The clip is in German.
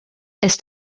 ist